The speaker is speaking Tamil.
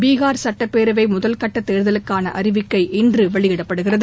பீகார் சுட்டப்பேரவை முதல்கட்டத் தேர்தலுக்கான அறிவிக்கை இன்று வெளியிடப்படுகிறது